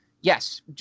Yes